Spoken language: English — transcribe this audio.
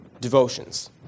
devotions